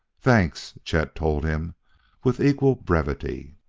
thanks, chet told him with equal brevity.